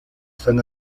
san